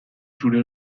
zure